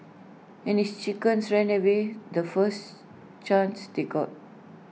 and his chickens ran away the first chance they got